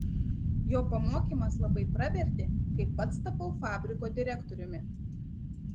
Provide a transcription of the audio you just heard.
jo pamokymas labai pravertė kai pats tapau fabriko direktoriumi